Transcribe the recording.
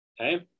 okay